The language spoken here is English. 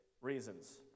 reasons